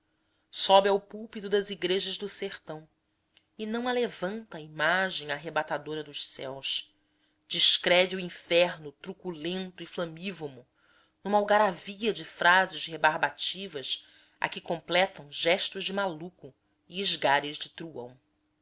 sobe ao púlpito das igrejas do sertão e não alevanta a imagem arrebatadora dos céus descreve o inferno truculento e flamívomo numa algaravia de frases rebarbativas a que completam gestos de maluco e esgares de truão